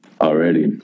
already